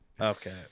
Okay